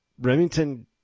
Remington